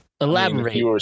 Elaborate